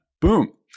Boom